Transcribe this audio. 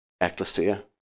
ecclesia